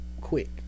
quick